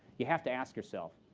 you have to ask yourself,